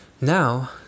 Now